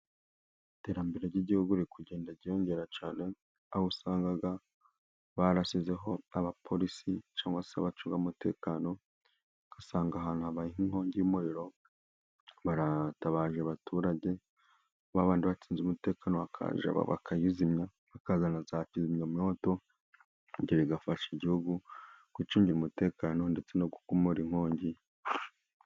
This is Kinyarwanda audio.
Iterambere ry’igihugu riri kugenda ryiyongera cyane, aho usanga barasizeho abapolisi cyangwa se abacunga umutekano. Ugasanga ahantu habaye nk’inkongi y’umuriro, baratabaje abaturage, ba bandi bashinzwe umutekano bakaza, bakayizimya, bakazana za kizimyamoto. Ibyo bigafasha igihugu kwicungira umutekano, ndetse no gukumira inkongi.